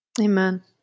Amen